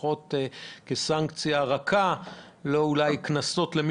לפחות כסנקציה רכה במקום קנסות.